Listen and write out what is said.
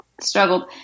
struggled